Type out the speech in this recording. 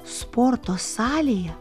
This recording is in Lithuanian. sporto salėje